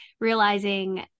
realizing